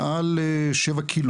מעל שבע קילו